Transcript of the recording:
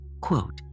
quote